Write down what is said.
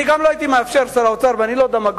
אני גם לא הייתי מאפשר, שר האוצר, ואני לא דמגוג,